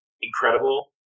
incredible